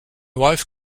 wife